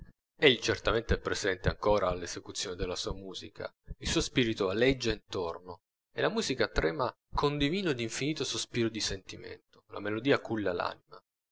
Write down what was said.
egli certamente è presente ancora all'esecuzione della sua musica il suo spirito aleggia intorno e la musica trema con divino ed infinito sospiro di sentimento la melodia culla